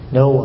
no